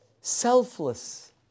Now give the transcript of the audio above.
Selfless